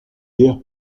guerre